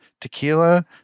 tequila